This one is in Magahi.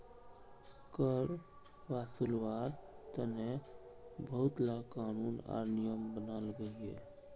कर वासूल्वार तने बहुत ला क़ानून आर नियम बनाल गहिये